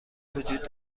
وجود